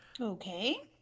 Okay